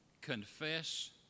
Confess